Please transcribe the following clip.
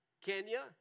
Kenya